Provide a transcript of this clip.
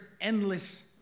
endless